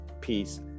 peace